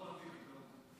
אחמד טיבי.